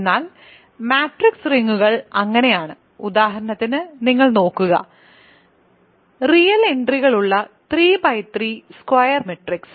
എന്നാൽ മാട്രിക്സ് റിങ്ങുകൾ അങ്ങനെയാണ് ഉദാഹരണത്തിന് നിങ്ങൾ നോക്കുക റിയൽ എൻട്രികളുള്ള 3 X 3 സ്ക്വയർ മെട്രിക്സ്